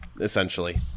Essentially